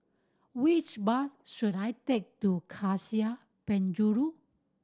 which bus should I take to Cassia Penjuru